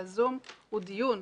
שה"זום" הוא דיון,